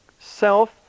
self